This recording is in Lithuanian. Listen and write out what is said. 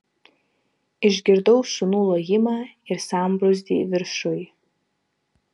išgirdau šunų lojimą ir sambrūzdį viršuj